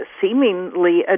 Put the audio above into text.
seemingly